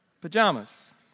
pajamas